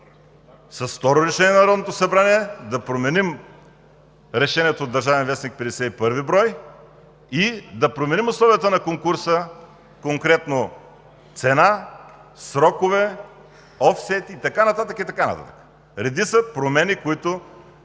с второ Решение на Народното събрание да променим Решението в „Държавен вестник“, брой 51, и да променим условията на конкурса, конкретно цена, срокове, офсет и така нататък. Редица промени, които